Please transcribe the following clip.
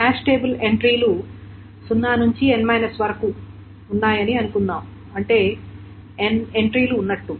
hash table ఎంట్రీలు 0 నుండి n 1 వరకు ఉన్నాయని అనుకుందాం అంటే n ఎంట్రీలు ఉన్నట్లు